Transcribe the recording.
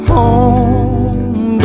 Home